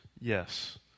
Yes